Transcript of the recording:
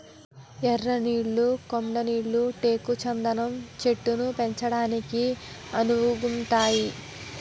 ఎర్ర నేళ్లు కొండ నేళ్లు టేకు చందనం చెట్లను పెంచడానికి అనువుగుంతాయి